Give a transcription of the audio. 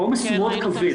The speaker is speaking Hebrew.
העומס הוא מאוד כבד.